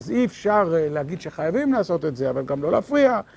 אז אי אפשר להגיד שחייבים לעשות את זה, אבל גם לא להפריע.